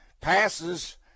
passes